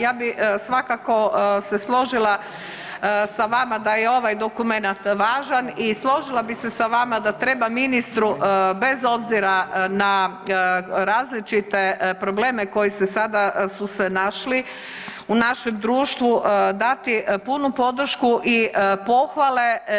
Ja bih svakako se složila sa vama da je ovaj dokumenat važan i složila bih se sa vama da treba ministru bez obzira na različite probleme koji se sada su se našli u našem društvu dati punu podršku i pohvale.